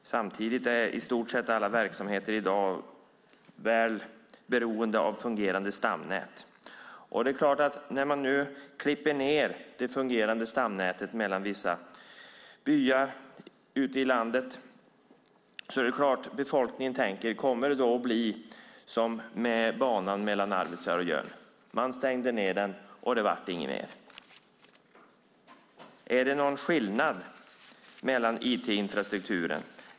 Samtidigt är i stort sett alla verksamheter i dag beroende av fungerande stamnät. När man nu klipper ned det fungerande stamnätet mellan vissa byar ute i landet är det klart att befolkningen undrar om det kommer att bli som med banan mellan Arvidsjaur och Jörn. Man stängde ned den, och det blev inget mer. Är det någon skillnad mellan IT-infrastrukturen och järnvägen?